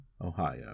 Ohio